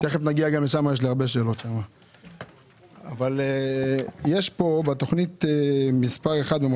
בתכנית מס' 3 יש כפל של אותו סעיף.